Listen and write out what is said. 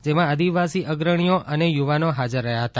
જેમાં આદિવાસી અગ્રણીઓ અને યુવાનો હાજર રહ્યાં હતાં